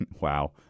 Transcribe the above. Wow